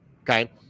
okay